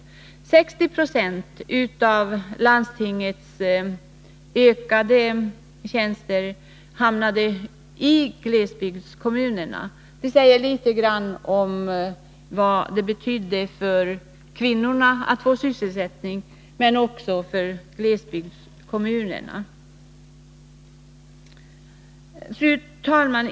60 70 av ökningen av antalet landstingstjänster hamnade i glesbygdskommunerna. Det säger litet grand om vad det betydde för kvinnorna att få sysselsättning, men också om vad det betydde för glesbygdskommunerna. Fru talman!